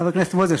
חבר הכנסת מוזס,